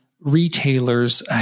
retailers